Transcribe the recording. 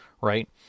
Right